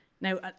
now